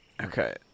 Okay